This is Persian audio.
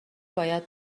باید